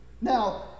Now